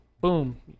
boom